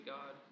God